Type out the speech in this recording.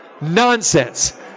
Nonsense